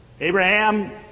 Abraham